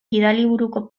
gidaliburuko